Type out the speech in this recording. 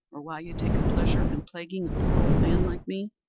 or why you take a pleasure in plaguing a poor old man like me?